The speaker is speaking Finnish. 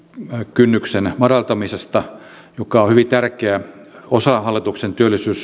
kynnyksen madaltamisesta joka on hyvin tärkeä osa hallituksen